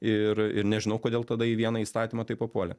ir ir nežinau kodėl tada į vieną įstatymą taip papuolė